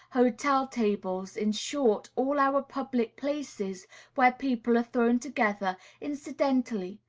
hotel-tables, in short, all our public places where people are thrown together incidentally,